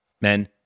Men